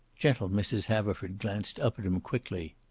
gentle mrs. haverford glanced up at him quickly.